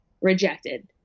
rejected